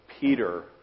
Peter